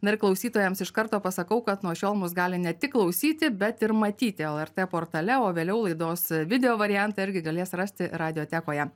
na ir klausytojams iš karto pasakau kad nuo šiol mus gali ne tik klausyti bet ir matyti lrt portale o vėliau laidos video variantą irgi galės rasti radiotekoje